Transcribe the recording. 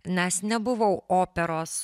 nes nebuvau operos